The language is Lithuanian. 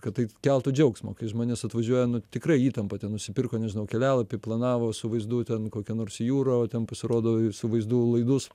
kad tai keltų džiaugsmo kai žmonės atvažiuoja nu tikrai įtampa ten nusipirko nežinau kelialapį planavo su vaizdu ten į kokią nors jūrą o ten pasirodo su vaizdu į laidus